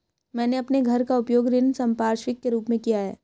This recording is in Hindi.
मैंने अपने घर का उपयोग ऋण संपार्श्विक के रूप में किया है